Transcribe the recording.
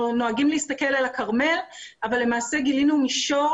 אנחנו נוהגים להסתכל על הכרמל אבל למעשה גילינו מישור